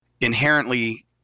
inherently